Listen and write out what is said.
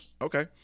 Okay